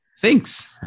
thanks